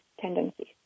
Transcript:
tendencies